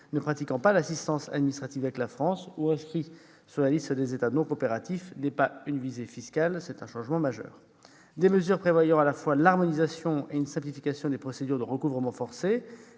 ne pratiquant pas l'assistance administrative avec la France ou inscrits sur la liste des États non coopératifs n'a pas une visée fiscale- il s'agit d'un changement majeur ; des mesures prévoyant à la fois l'harmonisation et la simplification des procédures de recouvrement forcé